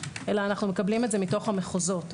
אלא אנחנו מקבלים את זה מתוך המחוזות.